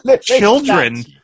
children